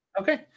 Okay